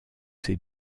ses